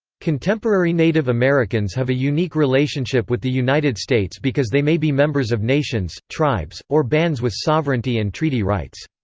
contemporary native americans have a unique relationship with the united states because they may be members of nations, tribes, or bands with sovereignty and treaty rights.